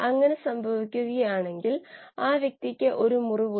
അതിനാൽ ε നിങ്ങൾക്കറിയാം